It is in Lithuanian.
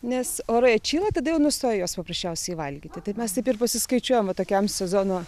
nes orai atšyla tada jau nustoja juos paprasčiausiai valgyti tai mes taip ir pasiskaičiuojam va tokiam sezono